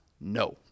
no